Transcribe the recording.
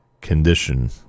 condition